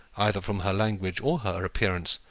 either from her language or her appearance,